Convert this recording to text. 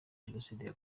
jenoside